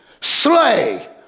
slay